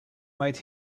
made